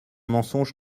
mensonge